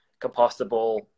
compostable